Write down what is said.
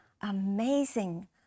Amazing